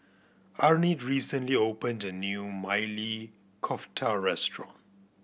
Arnett recently opened a new Maili Kofta Restaurant